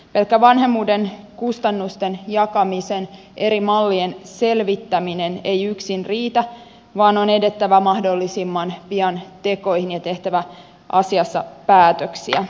pelkkä vanhemmuuden kustannusten jakamisen eri mallien selvittäminen ei yksin riitä vaan on edettävä mahdollisimman pian tekoihin ja tehtävä asiassa päätöksiä